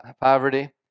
poverty